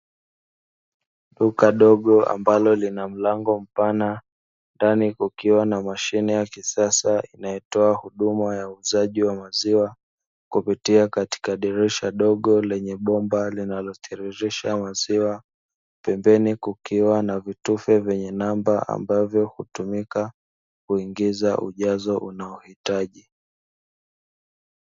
Duka dogo ambalo lina mlango mpana, ndani kukiwa na mashine ya kisasa inayotoa huduma ya uuzaji wa maziwa, kupitia katika dirisha dogo lenye bomba linalotiririsha maziwa. Pembeni kukiwa na vitufe vyenye namba ambavyo hutumika kuingiza ujazo unaohitaji.